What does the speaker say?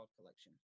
collection